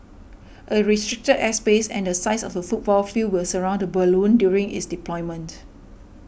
a restricted airspace and the size of a football field will surround the balloon during its deployment